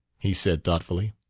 he said thoughtfully.